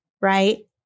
right